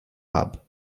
hub